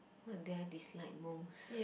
what did I dislike most